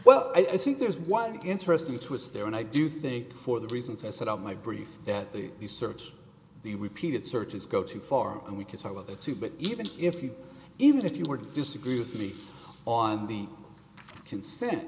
well i think there's one interesting twist there and i do think for the reasons i set out my brief that the search the repeated searches go too far and we can talk about that too but even if you even if you were to disagree with me on the consent